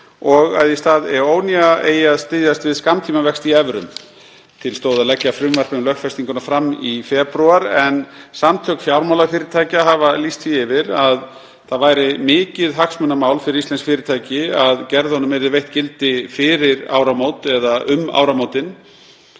og að í stað EONIA eigi að styðjast við skammtímavexti í evrum. Til stóð að leggja frumvarp um lögfestinguna fram í febrúar, en Samtök fjármálafyrirtækja hafa lýst því yfir að það væri mikið hagsmunamál fyrir íslensk fyrirtæki að gerðunum yrði veitt gildi fyrir áramót eða um áramótin